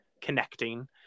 connecting